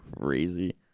crazy